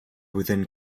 within